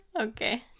Okay